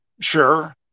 Sure